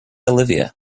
olivia